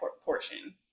portion